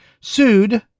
sued